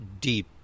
deep